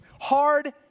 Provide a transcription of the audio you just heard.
hard